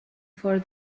for